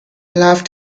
laughed